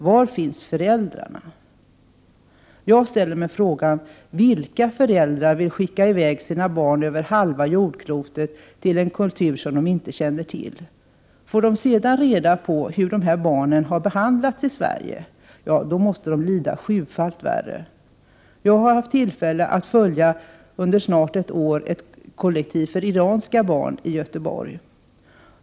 Var finns deras föräldrar?” Jag ställer mig frågan: Vilka föräldrar vill skicka i väg sina barn över halva jordklotet till en kultur som de inte känner till? Får de sedan reda på hur deras barn har behandlats i Sverige — ja, då måste de lida sjufalt värre. Jag har haft tillfälle att under snart ett år följa ett kollektiv med iranska barn i Göteborg.